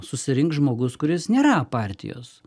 susirinks žmogus kuris nėra partijos